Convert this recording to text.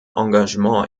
engagement